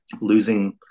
losing